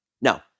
No